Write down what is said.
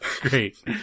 Great